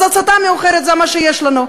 אז הצתה מאוחרת, זה מה שיש לנו.